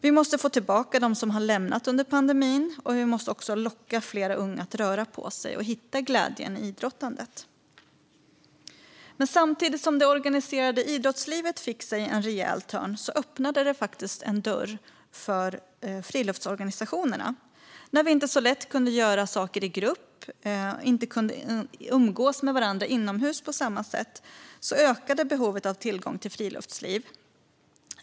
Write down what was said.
Vi måste få tillbaka dem som har lämnat idrotten under pandemin, och vi måste locka fler unga att röra på sig och hitta glädjen i idrottandet. Samtidigt som det organiserade idrottslivet fick sig en rejäl törn öppnades dock en ny dörr för friluftsorganisationerna. När vi inte så lätt kunde göra saker i grupp och inte umgås med varandra inomhus på samma sätt ökade behovet av tillgång till friluftsliv.